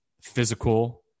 physical